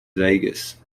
vegas